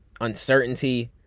uncertainty